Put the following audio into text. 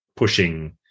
pushing